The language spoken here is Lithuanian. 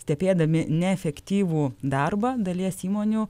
stebėdami neefektyvų darbą dalies įmonių